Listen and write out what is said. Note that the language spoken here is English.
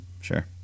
sure